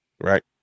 Right